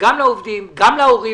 גם לעובדים וגם להורים.